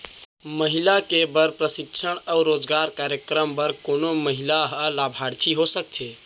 महिला के बर प्रशिक्षण अऊ रोजगार कार्यक्रम बर कोन महिला ह लाभार्थी हो सकथे?